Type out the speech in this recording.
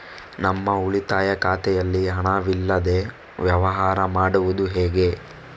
ನಮ್ಮ ಉಳಿತಾಯ ಖಾತೆಯಲ್ಲಿ ಹಣವಿಲ್ಲದೇ ವ್ಯವಹಾರ ಮಾಡುವುದು ಹೇಗೆ?